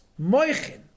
Moichin